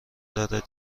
دارد